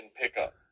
pickup